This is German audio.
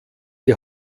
die